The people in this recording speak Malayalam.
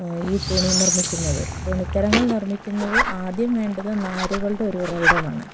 ഈ തുണി നിർമ്മിക്കുന്നത് തുണിത്തരങ്ങൾ നിർമ്മിക്കുന്നത് ആദ്യം വേണ്ടത് നാരുകളുടെ ഒരു ഉറവിടമാണ്